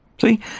See